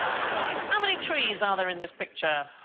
how many trees are there in this picture